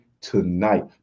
Tonight